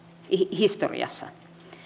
historiassa